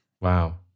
Wow